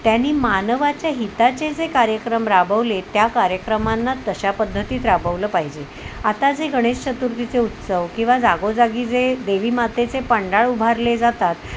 त्यांनी मानवाच्या हिताचे जे कार्यक्रम राबवले त्या कार्यक्रमांना तशा पद्धतीत राबवलं पाहिजे आता जे गणेश चतुर्थीचे उत्सव किंवा जागोजागी जे देवीमातेचे पंडाळ उभारले जातात